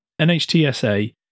NHTSA